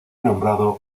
nombrado